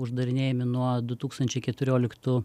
uždarinėjami nuo du tūkstančiai keturioliktų